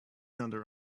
under